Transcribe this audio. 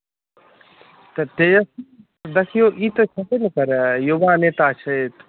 तऽ देखियौ ई तऽ छेबे नहि करै युवा नेता छथि